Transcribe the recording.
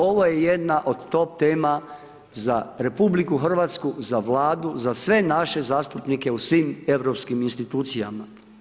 Ovo je jedna od top tema za RH, za Vladu, za sve naše zastupnike u svim europskim institucijama.